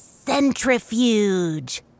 Centrifuge